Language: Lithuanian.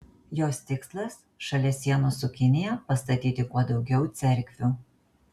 jos tikslas šalia sienos su kinija pastatyti kuo daugiau cerkvių